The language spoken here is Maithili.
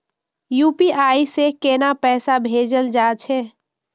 यू.पी.आई से केना पैसा भेजल जा छे?